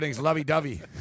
lovey-dovey